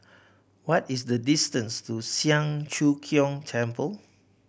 what is the distance to Siang Cho Keong Temple